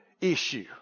issue